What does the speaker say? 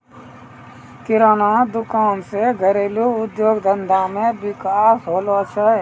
किराना दुकान से घरेलू उद्योग धंधा मे विकास होलो छै